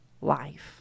life